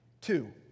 Two